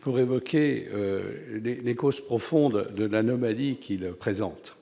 pour évoquer les les causes profondes de la nomme à vie qu'il présente.